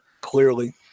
clearly